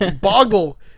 Boggle